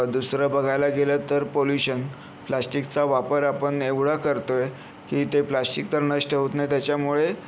दुसरं बघायला गेलं तर पोल्युशन प्लॅस्टिकचा वापर आपण एवढा करतो आहे की ते प्लॅस्शीक तर नष्ट होत नाही त्याच्यामुळे